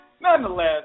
Nonetheless